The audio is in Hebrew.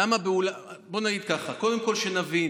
למה באולם, בוא נגיד ככה, קודם כול שנבין: